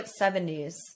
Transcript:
70s